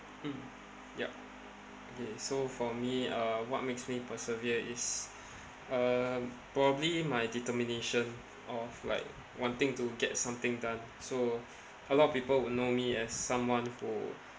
mm yup okay so for me uh what makes me persevere is uh probably my determination of like wanting to get something done so a lot of people will know me as someone who